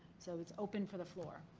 so it's open for the floor.